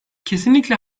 kesinlikle